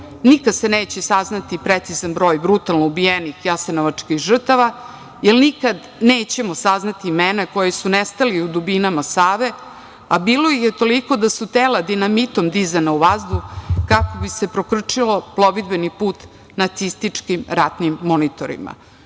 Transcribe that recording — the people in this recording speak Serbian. Nikad se neće saznati precizan broj brutalno ubijenih jasenovačkih žrtava, jer nikad nećemo saznati imena koji su nestali u dubinama Save, a bilo ih je toliko da su tela dinamitom dizana u vazduh kako bi se prokrčilo plovidbeni put nacističkim ratnim monitorima.